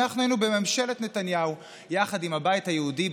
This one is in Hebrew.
אנחנו היינו בממשלת נתניהו יחד עם הבית היהודי,